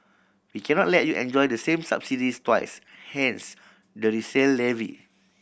we cannot let you enjoy the same subsidies twice hence the resale levy